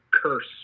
curse